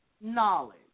knowledge